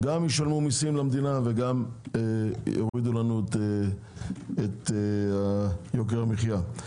גם ישלמו מיסים למדינה וגם יורידו לנו את יוקר המחיה.